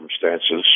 circumstances